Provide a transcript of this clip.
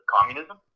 communism